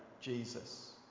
Jesus